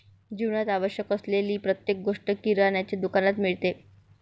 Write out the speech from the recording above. जीवनात आवश्यक असलेली प्रत्येक गोष्ट किराण्याच्या दुकानात मिळते